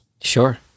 Sure